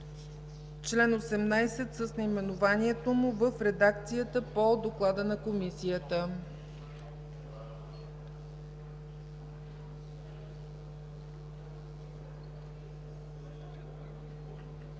чл. 18 с наименованието му в редакцията по доклада на Комисията.